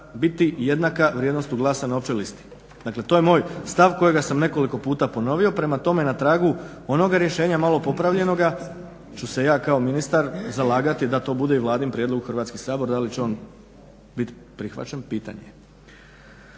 biti jednaka vrijednosti glasa na općoj listi. Dakle to je moj stav kojega sam nekoliko puta ponovio. Prema tome, na tragu onoga rješenja malo popravljenoga ću se ja kao ministar da to bdue i Vladin prijedlog u Hrvatski sabor, da li će on biti prihvaćen pitanje